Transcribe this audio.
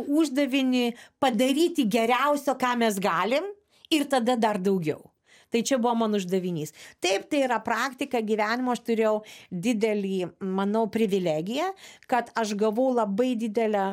uždavinį padaryti geriausio ką mes galim ir tada dar daugiau tai čia buvo mano uždavinys taip tai yra praktika gyvenimo aš turėjau didelį manau privilegiją kad aš gavau labai didelę